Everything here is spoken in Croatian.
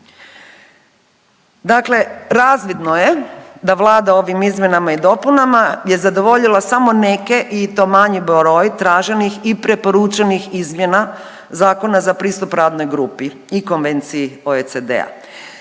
Dakle razvidno je da Vlada ovim izmjenama i dopunama je zadovoljila samo neke i to manji broj traženih i preporučenih izmjena Zakona za pristup radnoj grupi i Konvenciji OECD-a.